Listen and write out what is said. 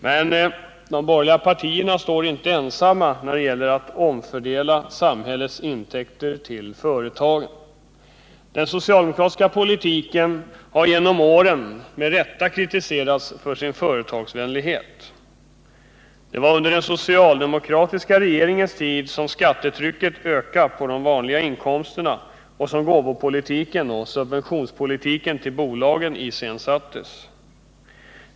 Men de borgerliga partierna står inte ensamma när det gäller att omfördela Nr 54 samhällets intäkter till företagen. Den socialdemokratiska politiken har Torsdagen den genom åren med rätta kritiserats för sin företagsvänlighet. Det var under den — 14 december 1978 socialdemokratiska regeringens tid som skattetrycket ökade på de vanliga inkomsterna och som gåvopolitiken och politiken med subventioner till bolagen iscensattes.